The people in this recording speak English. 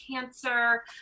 cancer